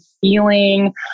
feeling